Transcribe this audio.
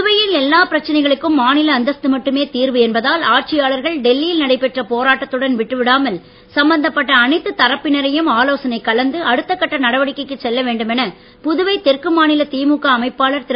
புதுவையின் எல்லா பிரச்சனைகளுக்கும் மாநில அந்தஸ்து மட்டுமே தீர்வு என்பதால் ஆட்சியாளர்கள் டெல்லியில் நடைபெற்ற போராட்டத்துடன் விட்டுவிடாமல் சம்பந்தப்பட்ட அனைத்து தரப்பினரையும் ஆலோசனை கலந்து அடுத்த கட்ட நடவடிக்கைக்குச் செல்ல வேண்டும் என புதுவை தெற்கு மாநில திமுக அமைப்பாளர் திரு